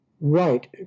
Right